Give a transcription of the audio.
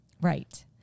Right